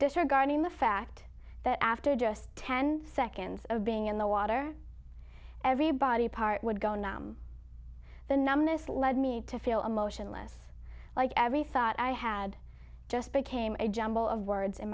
this regarding the fact that after just ten seconds of being in the water every body part would go numb the numbness led me to feel emotionless like every thought i had just became a jumble of words in